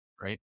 Right